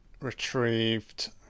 retrieved